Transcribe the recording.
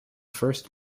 first